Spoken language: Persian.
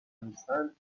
نیستند